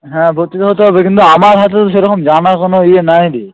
হ্যাঁ ভর্তি তো হতে হবে কিন্তু আমার হাতে তো সেরকম জানাশোনা ইয়ে নাই রে